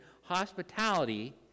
hospitality